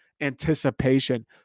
Anticipation